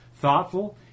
thoughtful